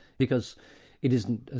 because it isn't, ah